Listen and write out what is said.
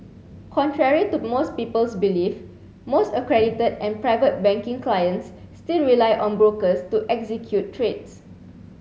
contrary to most people's belief most accredited and private banking clients still rely on brokers to execute trades